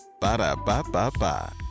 Ba-da-ba-ba-ba